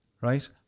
right